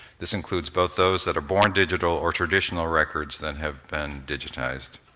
this includes both those that are born digital or traditional records that have been digitized.